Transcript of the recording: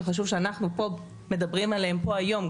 וחשוב שאנחנו מדברים עליהם פה היום,